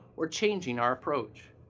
or changing our approach.